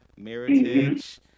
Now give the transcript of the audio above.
Meritage